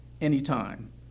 anytime